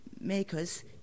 makers